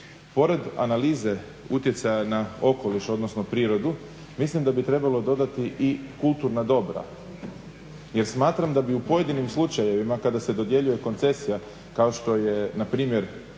pored analize utjecaja na okoliš, odnosno prirodu, mislim da bi trebalo dodati i kulturna dobra. Jer smatram da bi u pojedinim slučajevima kada se dodjeljuje koncesija kao što je npr.